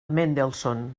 mendelssohn